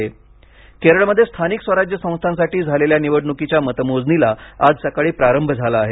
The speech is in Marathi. केरळ मतमोजणी केरळमध्ये स्थानिक स्वराज्य संस्थांसाठी झालेल्या निवडणुकीच्या मतमोजणीला आज सकाळी प्रारंभ झाला आहे